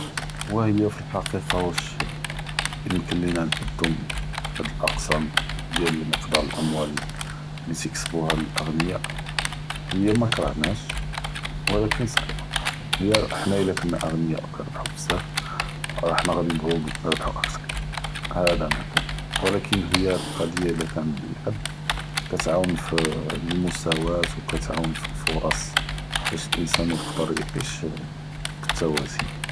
והיא פאלחקיקה ואש ימקין לينا נחדו האד אלאקסאם דיאל מיקדר אלמאלאד אללי כאי קאסבו האגניאא, אלא מא כרחנש, ולאכן סכ’יבה, אנה אלא כאן אג’ניה ו כאנרבחו בזאף, אנה ראדי נבג’ו נרבחו אכתר. האדא מאקן, ולאכן היא אלקצ’יה, אלא כאן אללי יוב כאתעאונ פ אלמסאוואה, ו כאתעאונ פ אלפרס באש לאנסאן יקד’ר יע’יש.